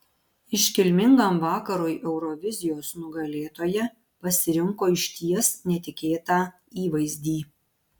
iškilmingam vakarui eurovizijos nugalėtoja pasirinko išties netikėtą įvaizdį